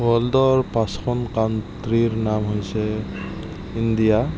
ৱৰ্ল্ডৰ পাঁচখন কানট্ৰিৰ নাম হৈছে ইণ্ডিয়া